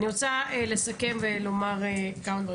אני רוצה לסכם ולומר כמה דברים.